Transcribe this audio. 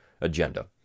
agenda